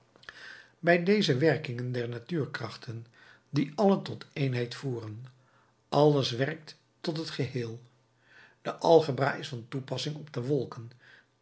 bij deze werkingen der natuurkrachten die alle tot éénheid voeren alles werkt tot het geheel de algebra is van toepassing op de wolken